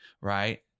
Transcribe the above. right